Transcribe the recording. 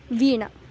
वीणा